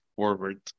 forward